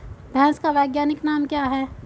भैंस का वैज्ञानिक नाम क्या है?